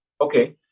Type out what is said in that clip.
okay